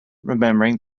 remembering